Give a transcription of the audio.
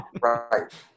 Right